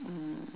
mm